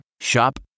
Shop